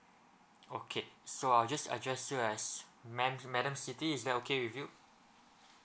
okay so I just address you as ma'am madam siti is that okay with you